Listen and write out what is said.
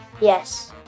Yes